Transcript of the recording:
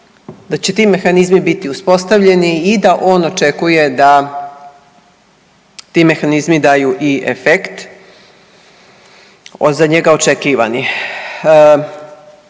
da će ti mehanizmi biti uspostavljeni i da on očekuje da ti mehanizmi daju i efekt za njega očekivani.